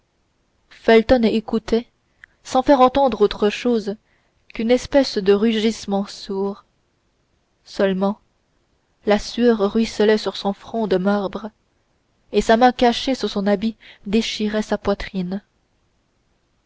felton écoutait sans faire entendre autre chose qu'une espèce de rugissement sourd seulement la sueur ruisselait sur son front de marbre et sa main cachée sous son habit déchirait sa poitrine